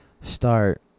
start